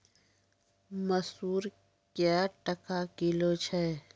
मसूर क्या टका किलो छ?